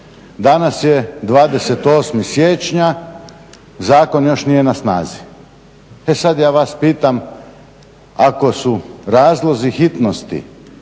Danas je 28.siječnja zakon još nije na snazi. E sada ja vas pitam ako su razlozi hitnosti